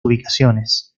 ubicaciones